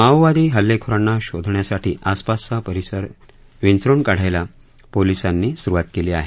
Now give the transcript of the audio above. माओवादी हल्लेखोरांना शोधण्यासाठी आसपासचा परिसर विंचरुन काढायला पोलिसांनी सुरुवात केली आहे